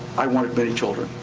i wanted many children.